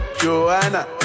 Joanna